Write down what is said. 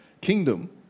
kingdom